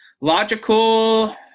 logical